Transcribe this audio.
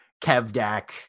Kevdak